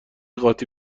قاطی